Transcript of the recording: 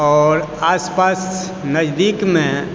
आओर आसपास नजदीकमे